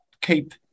keep